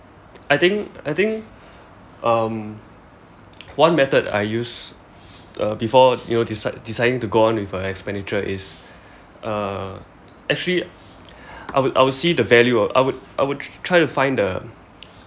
I think I think um one method I use uh before you know decide deciding to go on with a expenditure is uh actually I would I would see the value I would I would tr~ try to find the